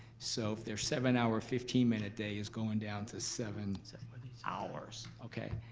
so if their seven hour, fifteen minute day is going down to seven seven but hours, okay?